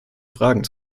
fragen